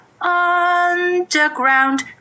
Underground